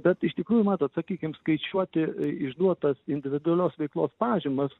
bet iš tikrųjų matot sakykim skaičiuoti išduotas individualios veiklos pažymas